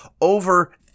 over